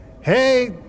Hey